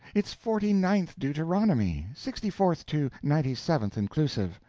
it's forty-ninth deuteronomy, sixty-forth to ninety-seventh inclusive.